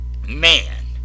man